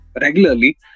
regularly